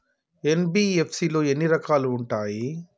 NBFC లో ఎన్ని రకాలు ఉంటాయి?